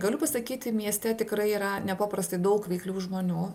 galiu pasakyti mieste tikrai yra nepaprastai daug veiklių žmonių